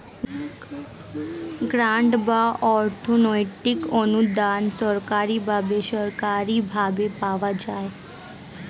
grant বা অর্থনৈতিক অনুদান সরকারি বা বেসরকারি ভাবে পাওয়া যায়